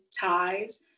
ties